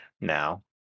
now